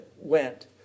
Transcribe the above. went